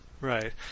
Right